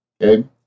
Okay